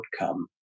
outcome